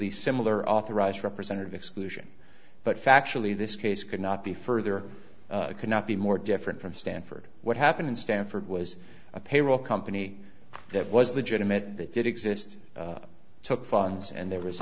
the similar authorized representative exclusion but factually this case could not be further could not be more different from stanford what happened in stanford was a payroll company that was the jetta met that did exist took funds and there was